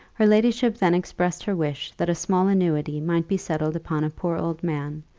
her ladyship then expressed her wish that a small annuity might be settled upon a poor old man,